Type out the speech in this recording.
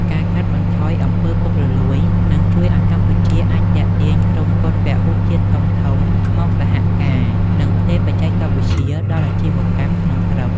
ការកាត់បន្ថយ អំពើពុករលួយ នឹងជួយឱ្យកម្ពុជាអាចទាក់ទាញក្រុមហ៊ុនពហុជាតិធំៗ មកសហការ និងផ្ទេរបច្ចេកវិទ្យាឱ្យដល់អាជីវកម្មក្នុងស្រុក។